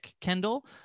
kendall